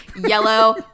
yellow